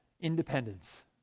independence